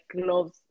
gloves